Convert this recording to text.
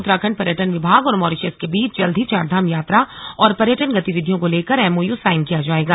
उत्तराखंड पर्यटन विभाग और मॉरिशस के बीच जल्द ही चारधाम यात्रा और पर्यटन गतिविधियों को लेकर एमओयू साइन किया जाएगा